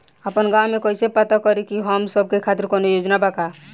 आपन गाँव म कइसे पता करि की हमन सब के खातिर कौनो योजना बा का?